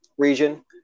region